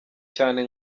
cyane